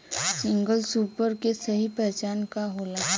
Single super के सही पहचान का होला?